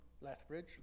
Lethbridge